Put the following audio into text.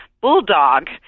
bulldog